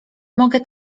mogę